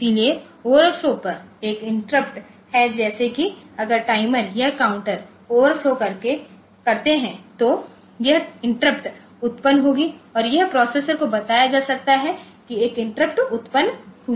इसलिए ओवरफ्लो पर एक इंटरप्ट है जैसे कि अगर टाइमर या काउंटर ओवरफ्लो करते हैं तो यह इंटरप्ट उत्पन्न होगी और यह प्रोसेसर को बताया जा सकता है कि एक इंटरप्ट उत्पन्न हुई है